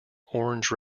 orange